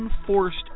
unforced